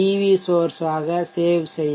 we சோர்ஷ் ஆக save செய்யவும்